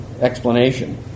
explanation